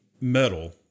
metal